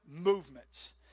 movements